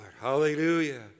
Hallelujah